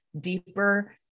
deeper